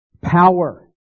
power